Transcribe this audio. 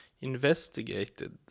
investigated